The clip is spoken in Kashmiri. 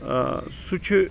سُہ چھ